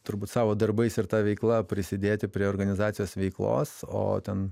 turbūt savo darbais ir ta veikla prisidėti prie organizacijos veiklos o ten